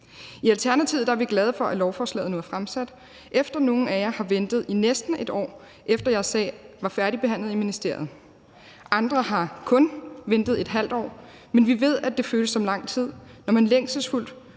I Alternativet er vi glade for, at lovforslaget nu er fremsat, efter at nogle af jer har ventet i næsten et år, efter at jeres sag var færdigbehandlet i ministeriet. Andre har kun ventet et halvt år, men vi ved, at det føles som lang tid, når man længselsfuldt